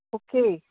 okay